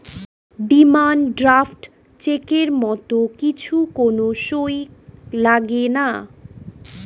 demand draft চেকের মত কিছু কোন সই লাগেনা